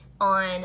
on